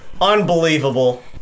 unbelievable